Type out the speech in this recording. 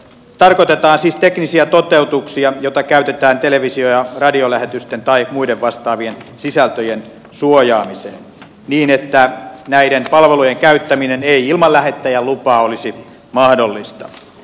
tarkoitetaan siis teknisiä toteutuksia joita käytetään televisio ja radiolähetysten tai muiden vastaavien sisältöjen suojaamiseen niin että näiden palvelujen käyttäminen ei ilman lähettäjän lupaa olisi mahdollista